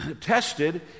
tested